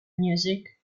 music